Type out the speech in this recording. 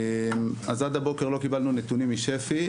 אז עד הבוקר לא קיבלנו נתונים משפ"י,